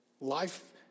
Life